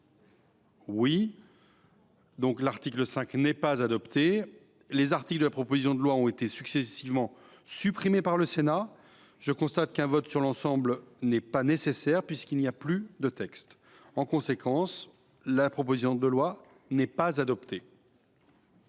aux voix l’article 5. Les articles de la proposition de loi ayant été successivement rejetés par le Sénat, je constate qu’un vote sur l’ensemble n’est pas nécessaire, puisqu’il n’y a plus de texte. En conséquence, la proposition de loi n’est pas adoptée.